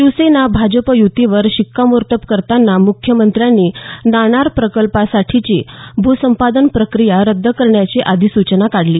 शिवसेना भाजप युतीवर शिक्कामोर्तब करताना मुख्यमंत्र्यांनी नाणार प्रकल्पासाठीची भूसंपादन प्रक्रिया रद्द करण्याची अधिसूचना काढली